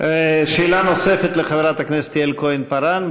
שאלה נוספת לחברת הכנסת יעל כהן-פארן.